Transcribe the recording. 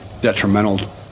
detrimental